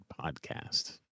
Podcast